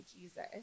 Jesus